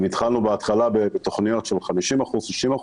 אם התחלנו בהתחלה בתכניות של 50%, 60%,